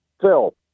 Phil